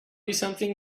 something